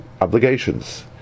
obligations